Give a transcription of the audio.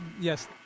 Yes